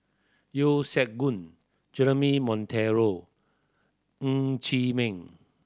Yeo Siak Goon Jeremy Monteiro Ng Chee Ming